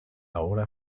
hora